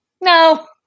no